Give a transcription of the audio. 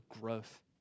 growth